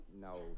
No